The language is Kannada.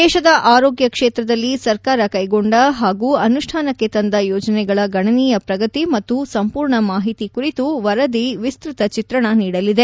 ದೇಶದ ಆರೋಗ್ಯ ಕ್ಷೇತ್ರದಲ್ಲಿ ಸರ್ಕಾರ ಕ್ಷೆಗೊಂಡ ಹಾಗೂ ಅನುಷ್ಣಾನಕ್ಕೆ ತಂದ ಯೋಜನೆಗಳ ಗಣನೀಯ ಪ್ರಗತಿ ಮತ್ತು ಸಂಪೂರ್ಣ ಮಾಹಿತಿ ಕುರಿತು ವರದಿ ವಿಸ್ತ್ರತ ಚಿತ್ರಣ ನೀಡಲಿದೆ